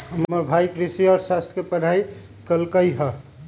हमर भाई कृषि अर्थशास्त्र के पढ़ाई कल्कइ ह